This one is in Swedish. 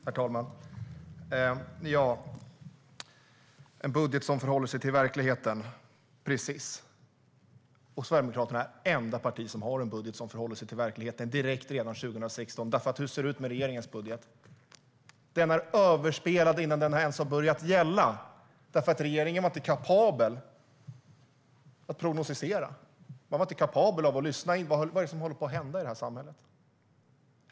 Herr talman! En budget som förhåller sig till verkligheten, säger Ingela Nylund Watz. Precis - och Sverigedemokraterna är det enda parti som förhåller sig till verkligheten direkt, redan 2016. Hur ser det ut med regeringens budget? Den är överspelad innan den ens har börjat gälla därför att regeringen inte var kapabel att prognostisera. Man var inte kapabel att lyssna in vad det är som håller på att hända i det här samhället.